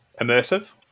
Immersive